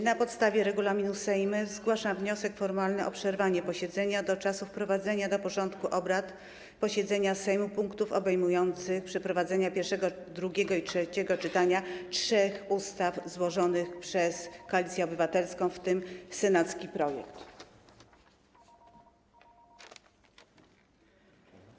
Na podstawie regulaminu Sejmu zgłaszam wniosek formalny o przerwanie posiedzenia do czasu wprowadzenia do porządku posiedzenia Sejmu punktów obejmujących przeprowadzenie pierwszego, drugiego i trzeciego czytania trzech projektów ustaw złożonych przez Koalicję Obywatelską, w tym projektu senackiego.